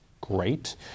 great